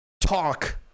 talk